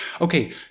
Okay